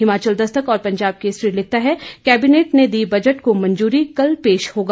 हिमाचल दस्तक और पंजाब केसरी लिखता है कैबिनेट ने दी बजट को मंजूरी कल पेश होगा